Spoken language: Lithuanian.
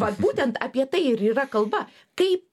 vat būtent apie tai ir yra kalba kaip